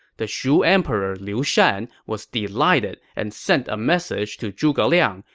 the shu emperor liu shan was delighted and sent a message to zhuge liang,